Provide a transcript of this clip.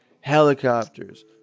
helicopters